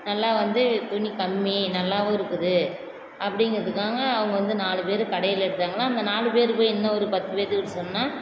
நல்லா வந்து துணி கம்மி நல்லாவும் இருக்குது அப்டிங்கிறதுக்காக அவங்க வந்து நாலு பேர் கடையில் எடுத்தாங்கன்னா அந்த நாலு பேர் போய் இன்னொரு பத்துப்பேர்த்துக்கிட்ட சொன்னால்